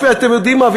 אתם יודעים מה?